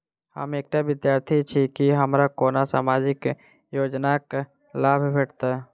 हम एकटा विद्यार्थी छी, की हमरा कोनो सामाजिक योजनाक लाभ भेटतय?